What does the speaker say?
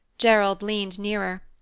gerald leaned nearer,